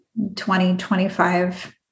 20-25